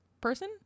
person